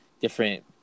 different